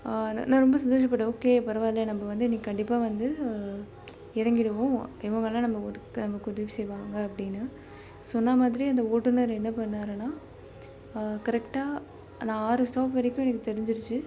நான் ரொம்ப சந்தோஷப்பட்டேன் ஓகே பரவாயில்லை நம்ம வந்து இன்றைக்கு கண்டிப்பாக வந்து இறங்கிடுவோம் இவங்கள்லாம் நம்ம இருக்க நமக்கு உதவி செய்வாங்க அப்படின்னு சொன்ன மாதிரியே அந்த ஓட்டுநர் என்ன பண்ணாருன்னால் கரெக்டாக நான் ஆறு ஸ்டாப் வரைக்கும் எனக்கு தெரிஞ்சுடுச்சு